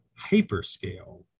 hyperscale